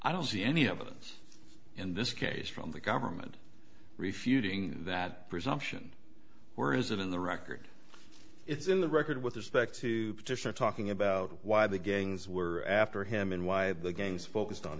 i don't see any evidence in this case from the government refuting that presumption or is it in the record it's in the record with respect to petitioner talking about why the gangs were after him and why the gangs focused on